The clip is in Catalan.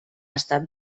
estat